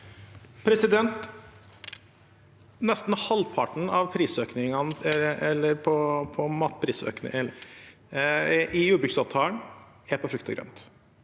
Nesten halv- parten av matprisøkningen i jordbruksavtalen er på frukt og grønt.